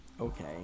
Okay